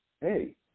hey